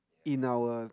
in our